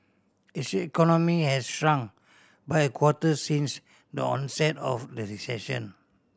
its economy has shrunk by a quarter since the onset of the recession